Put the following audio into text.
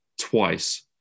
twice